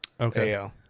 Okay